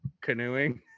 Canoeing